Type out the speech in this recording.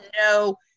no